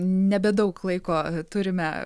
nebedaug laiko turime